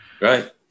Right